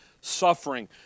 suffering